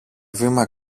βήμα